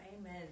Amen